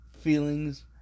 feelings